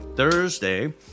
thursday